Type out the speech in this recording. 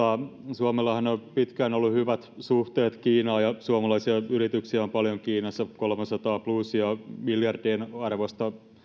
suomellahan on pitkään ollut hyvät suhteet kiinaan suomalaisia yrityksiä on paljon kiinassa kolmesataa plus ja miljardien arvosta on myös